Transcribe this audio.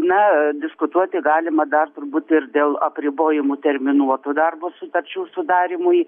na diskutuoti galima dar turbūt ir dėl apribojimų terminuotų darbo sutarčių sudarymui